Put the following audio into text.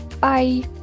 Bye